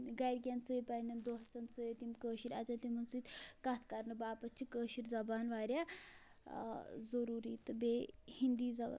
گَرِکٮ۪ن سۭتۍ پنٛنٮ۪ن دوستَن سۭتۍ تِم کٲشِر آسَن تِمَن سۭتۍ کَتھ کَرنہٕ باپَتھ چھِ کٲشِر زبان واریاہ ضٔروٗری تہٕ بیٚیہِ ہِندی زبان